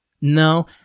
No